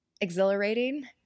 Exhilarating